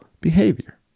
Behavior